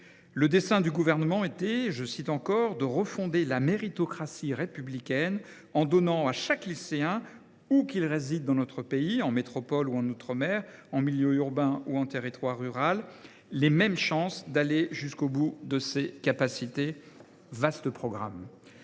Le dessein du Gouvernement était de refonder la « méritocratie républicaine » en donnant à chaque « lycéen où qu’il réside dans notre pays – en métropole ou en outre mer, en milieu urbain ou dans un territoire rural –, les mêmes chances d’aller jusqu’au bout de ses capacités ». Vaste programme